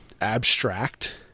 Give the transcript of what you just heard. abstract